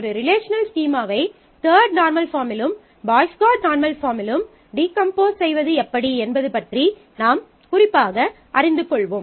ஒரு ரிலேஷனல் ஸ்கீமாவை third normal பாஃர்ம்மிலும் பாய்ஸ் கோட் BCNF பாஃர்ம்மிலும் டீகம்போஸ் செய்வது எப்படி என்பது பற்றி நாம் குறிப்பாக அறிந்து கொள்வோம்